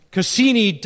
Cassini